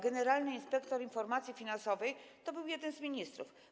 Generalny inspektor informacji finansowej to był jeden z ministrów.